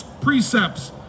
precepts